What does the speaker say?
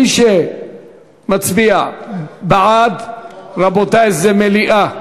מי שמצביע בעד, רבותי, זה מליאה.